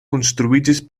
konstruiĝis